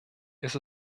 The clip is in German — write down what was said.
ist